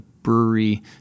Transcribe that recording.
brewery